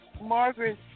Margaret